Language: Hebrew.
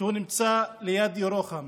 שנמצא ליד ירוחם.